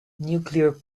nuclear